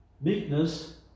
meekness